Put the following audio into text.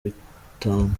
bitanu